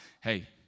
hey